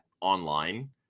online